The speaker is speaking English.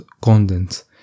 content